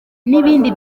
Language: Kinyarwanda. n’ibindi